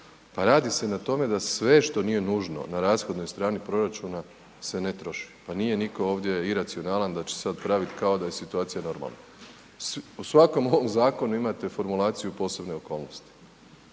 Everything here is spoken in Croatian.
pa radi se na tome da sve što nije nužno na rashodnoj strani proračuna se ne troši, pa nije niko ovdje iracionalan da će sad praviti kao da je situacija normalna. U svakom ovom zakonu imate formulaciju posebne okolnosti,